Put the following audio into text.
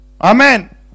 Amen